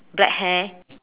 black hair